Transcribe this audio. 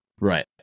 Right